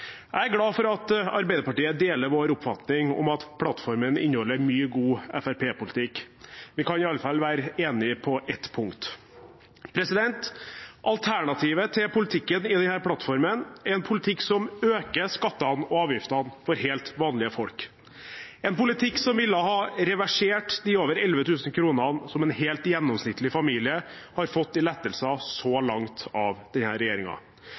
Jeg er glad for at Arbeiderpartiet deler vår oppfatning om at plattformen inneholder mye god FrP-politikk. Vi kan i alle fall være enig på ett punkt. Alternativet til politikken i denne plattformen er en politikk som øker skattene og avgiftene for helt vanlige folk, en politikk som ville reversert de over 11 000 kr som en helt gjennomsnittlig familie har fått i lettelser så langt av